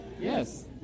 Yes